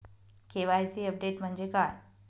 KYC update म्हणजे काय?